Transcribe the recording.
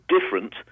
different